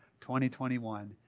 2021